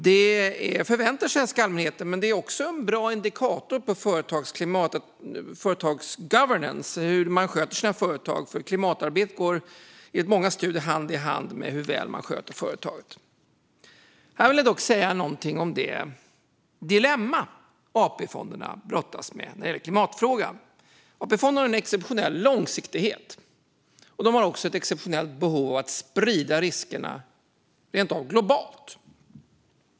Detta förväntar sig den svenska allmänheten, men det är också en bra indikator på företags governance, hur man sköter sina företag. Klimatarbetet går nämligen enligt många studier hand i hand med hur väl man sköter företag. Här vill jag dock säga något om det dilemma AP-fonderna brottas med när det gäller klimatfrågan. AP-fonderna har en exceptionell långsiktighet. De har också ett exceptionellt behov av att sprida riskerna, rent av globalt.